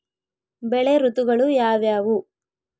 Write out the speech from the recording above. ಬೆಳೆ ಋತುಗಳು ಯಾವ್ಯಾವು?